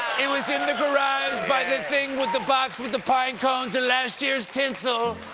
it was in the garage by the thing with the box with the pine cones and last year's tinsel!